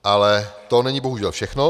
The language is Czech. Ale to není bohužel všechno.